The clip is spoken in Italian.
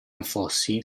anfossi